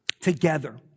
together